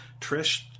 Trish